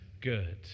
Good